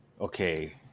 okay